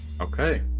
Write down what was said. okay